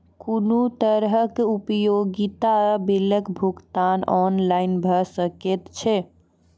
कुनू तरहक उपयोगिता बिलक भुगतान ऑनलाइन भऽ सकैत छै?